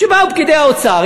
כשבאו פקידי האוצר,